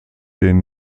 den